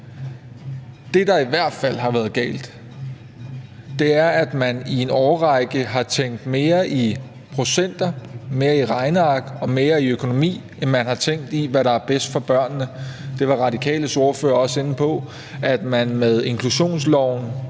Det, der i hvert fald har været galt, er, at man i en årrække har tænkt mere i procenter, mere i regneark og mere i økonomi, end man har tænkt i, hvad der er bedst for børnene. Det var Radikales ordfører også inde på, altså at man med inklusionsloven